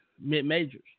mid-majors